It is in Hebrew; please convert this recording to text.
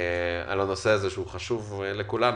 על הנושא הזה שהוא חשוב לכולנו.